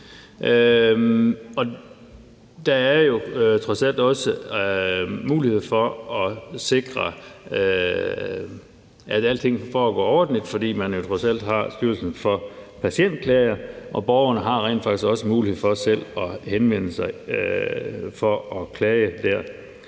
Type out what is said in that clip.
Der er jo trods alt også mulighed for at sikre, at alting foregår ordentligt, fordi man jo har Styrelsen for Patientklager, og borgerne har rent faktisk også mulighed for selv at henvende sig for at klage dér.